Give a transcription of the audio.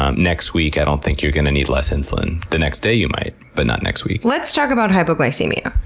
um next week i don't think you're going to need less insulin. the next day you might, but not next week. let's talk about hypoglycemia.